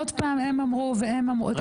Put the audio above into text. עוד פעם הם אמרו והם אמרו, תקשיב לעומק.